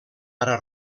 ara